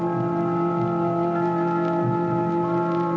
god